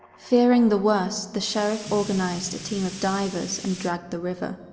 fearing the worst, the sheriff organized a team of divers and dragged the river.